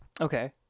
Okay